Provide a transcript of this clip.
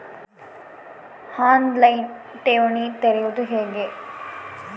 On line ಠೇವಣಿ ತೆರೆಯುವುದು ಹೇಗೆ?